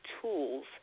tools